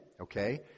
okay